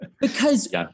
Because-